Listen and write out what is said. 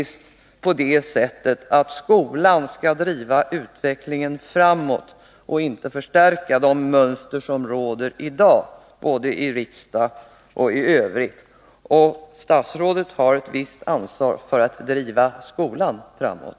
Skolan skall faktiskt driva utvecklingen framåt och inte förstärka de mönster som i dag råder, både i riksdagen och i samhället i övrigt. Statsrådet har ett visst ansvar för att driva skolan framåt.